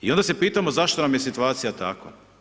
I onda se pitamo zašto nam je situacija takva.